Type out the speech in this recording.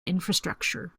infrastructure